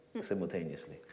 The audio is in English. simultaneously